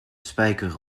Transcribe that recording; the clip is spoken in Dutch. spijker